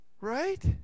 right